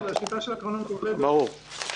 ברור.